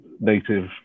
native